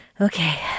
Okay